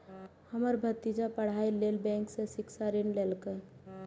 हमर भतीजा पढ़ाइ लेल बैंक सं शिक्षा ऋण लेलकैए